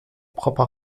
propre